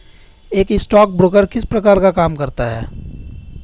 एक स्टॉकब्रोकर किस प्रकार का काम करता है?